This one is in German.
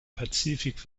pazifik